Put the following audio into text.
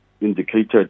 indicated